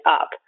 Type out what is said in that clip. up